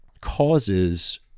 causes